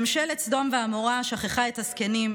ממשלת סדום ועמורה שכחה את הזקנים,